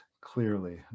clearly